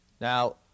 Now